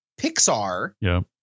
Pixar